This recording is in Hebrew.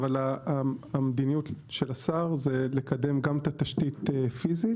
אבל המדיניות של השר זה לקדם גם את התשתית פיזית.